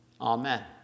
Amen